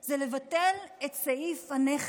זה לבטל את סעיף הנכד?